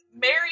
Mary